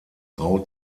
rau